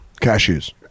Cashews